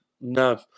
No